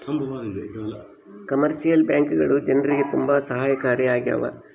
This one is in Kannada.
ಕಮರ್ಶಿಯಲ್ ಬ್ಯಾಂಕ್ಗಳು ಜನ್ರಿಗೆ ತುಂಬಾ ಸಹಾಯಕಾರಿ ಆಗ್ಯಾವ